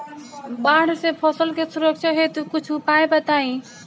बाढ़ से फसल के सुरक्षा हेतु कुछ उपाय बताई?